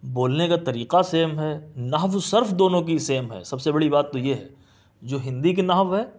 بولنے کا طریقہ سیم ہے نحو و صرف دونوں کی سیم ہے سب سے بڑی بات تو یہ ہے جو ہندی کی نحو ہے